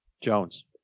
Jones